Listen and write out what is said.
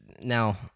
now